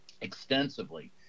extensively